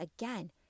again